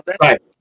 right